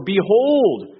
Behold